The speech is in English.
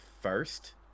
first